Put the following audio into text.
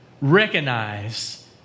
recognize